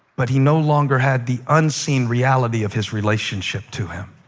but he no longer had the unseen reality of his relationship to him.